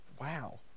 Wow